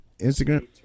Instagram